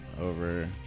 over